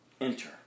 Enter